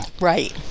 right